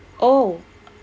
oh